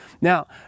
Now